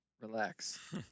Relax